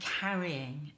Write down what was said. carrying